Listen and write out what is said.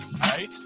right